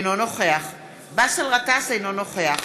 אינו נוכח באסל גטאס, אינו נוכח